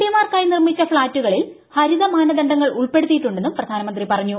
പിമ്മാർക്കാ്യി നിർമിച്ച ഫ്ളാറ്റുകളിൽ ഹരിത മാനദണ്ഡങ്ങൾ ഉൾപ്പെടുത്തിയിട്ടുണ്ടെന്നും പ്രധാനമന്ത്രി പറഞ്ഞു